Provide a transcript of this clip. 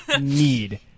need